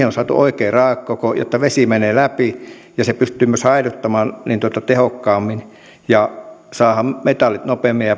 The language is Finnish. on saatu oikea raekoko jotta vesi menee läpi ja se pystytään myös haihduttamaan tehokkaammin ja saadaan metallit nopeammin ja